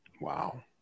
Wow